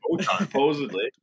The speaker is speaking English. supposedly